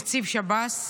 נציב שב"ס.